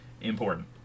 Important